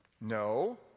no